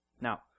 Now